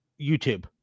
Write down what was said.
YouTube